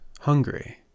hungry